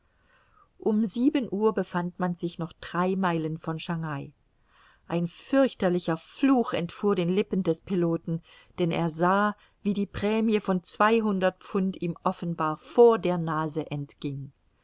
um sieben uhr befand man sich noch drei meilen von schangai ein fürchterlicher fluch entfuhr den lippen des piloten denn er sah wie die prämie von zweihundert pfund ihm offenbar vor der nase entging